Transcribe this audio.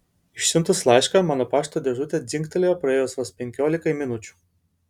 išsiuntus laišką mano pašto dėžutė dzingtelėjo praėjus vos penkiolikai minučių